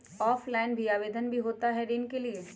Offline भी आवेदन भी होता है ऋण के लिए?